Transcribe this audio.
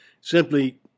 Simply